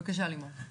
בקשה, לימור.